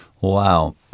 Wow